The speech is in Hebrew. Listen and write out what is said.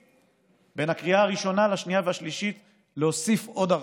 בין הקריאה הראשונה לשנייה ושלישית אנחנו מבקשים להוסיף עוד הרחבות.